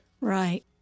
Right